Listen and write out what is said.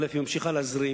היא ממשיכה להזרים,